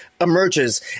emerges